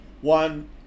One